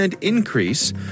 increase